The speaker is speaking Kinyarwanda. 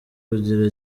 kigira